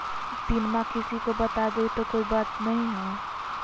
पिनमा किसी को बता देई तो कोइ बात नहि ना?